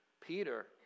Peter